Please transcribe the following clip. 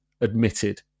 admitted